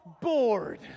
bored